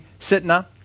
Sitna